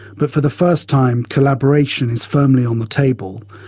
but for the first time collaboration is firmly on the table,